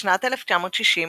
בשנת 1960,